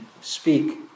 speak